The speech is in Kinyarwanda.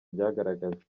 byagaragajwe